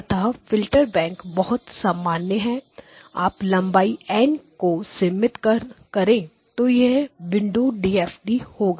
अतः filter bank बहुत सामान्य है आप लंबाई N को सीमित करें तो यह विंडोड डीएफटी होगा